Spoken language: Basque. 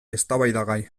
eztabaidagai